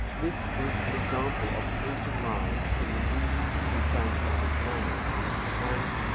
this is an example of painting large in the newly enfranchised manner and